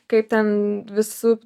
kaip ten visu